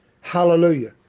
Hallelujah